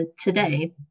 today